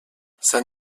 sans